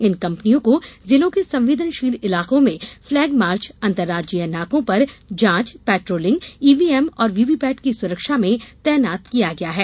इन कम्पनियों को जिलों के संवेदनशील इलाकों में फ्लेग मार्च अन्तर्राज्यीय नाकों पर जांच पेट्रोलिंग ईव्हीएम और व्हीव्हीपेट की सुरक्षा में तैनात किया गया है